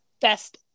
Best